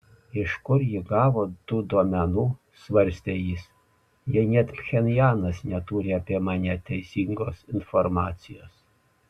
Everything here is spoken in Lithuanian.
iš kur ji gavo tų duomenų svarstė jis jei net pchenjanas neturi apie mane teisingos informacijos